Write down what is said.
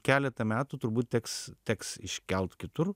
keletą metų turbūt teks teks iškelt kitur